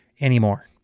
anymore